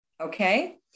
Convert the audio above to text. okay